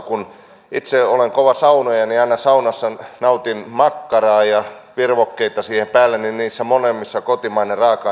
kun itse olen kova saunoja ja aina saunassa nautin makkaraa ja virvokkeita siihen päälle niin niissä molemmissa on kotimainen raaka ainepohja